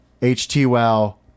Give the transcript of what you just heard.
HTWOW